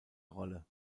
rolle